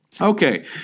Okay